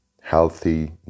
healthy